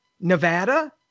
Nevada